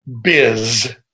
Biz